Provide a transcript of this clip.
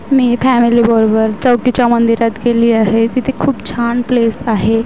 मी फॅमेलीबरोबर चौतीच्या मंदिरात गेली आहे तिथे खूप छान प्लेस आहे